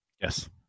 Yes